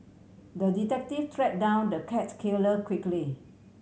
the detective track down the cat killer quickly